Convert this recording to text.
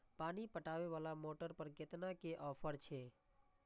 पानी पटवेवाला मोटर पर केतना के ऑफर छे?